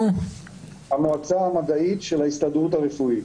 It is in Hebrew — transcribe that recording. המועצה המדעית של ההסתדרות הרפואית